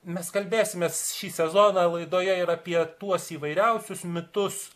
mes kalbėsimės šį sezoną laidoje ir apie tuos įvairiausius mitus